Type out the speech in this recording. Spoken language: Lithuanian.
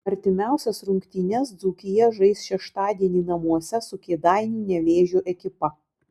artimiausias rungtynes dzūkija žais šeštadienį namuose su kėdainių nevėžio ekipa